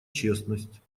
честность